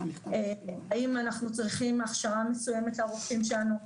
האם אנחנו צריכים הכשרה מסוימת לרופאים שלנו?